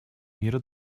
мира